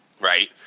right